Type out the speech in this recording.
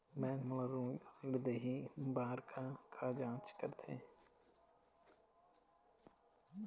Bank मोला ऋण देहे बार का का जांच करथे?